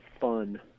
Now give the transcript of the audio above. fun